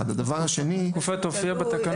התקופה תופיע בתקנות?